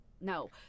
No